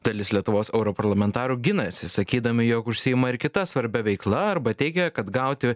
dalis lietuvos europarlamentarų ginasi sakydami jog užsiima ir kita svarbia veikla arba teigė kad gauti